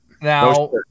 Now